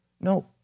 No